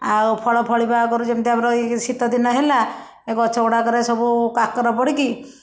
ଆଉ ଫଳ ଫଳିବା ଆଗରୁ ଯେମିତି ଆମର ଏଇ ଶୀତ ଦିନ ହେଲା ଏ ଗଛ ଗୁଡ଼ାକ ରେ ସବୁ କାକର ପଡ଼ିକି